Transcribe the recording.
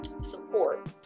support